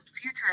future